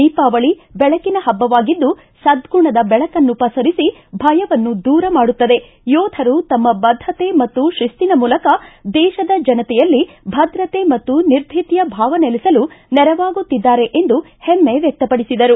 ದೀಪಾವಳಿ ಬೆಳಕಿನ ಹಬ್ಬವಾಗಿದ್ದು ಸದ್ಗುಣದ ಬೆಳಕನ್ನು ಪಸರಿಸಿ ಭಯವನ್ನು ದೂರು ಮಾಡುತ್ತದೆ ಯೋಧರು ತಮ್ಮ ಬದ್ದತೆ ಮತ್ತು ಶಿಸ್ತಿನ ಮೂಲಕ ದೇಶದ ಜನತೆಯಲ್ಲಿ ಭದ್ರತೆ ಮತ್ತು ನಿರ್ಭಿತಿಯ ಭಾವ ನೆಲೆಸಲು ನೆರವಾಗುತ್ತಿದ್ದಾರೆ ಎಂದು ಹೆಮ್ಮೆ ವ್ಯಕ್ತಪಡಿಸಿದರು